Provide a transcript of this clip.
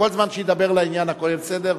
כל זמן שידבר לעניין הכול יהיה בסדר,